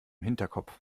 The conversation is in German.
hinterkopf